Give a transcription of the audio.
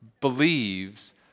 believes